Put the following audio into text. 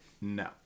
No